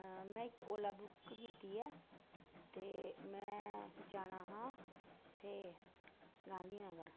में इक ओला बुक कीती ऐ ते में जाना हा उत्थे गांधी नगर